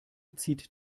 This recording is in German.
zieht